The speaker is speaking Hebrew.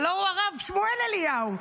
הלוא הוא הרב שמואל אליהו,